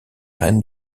rênes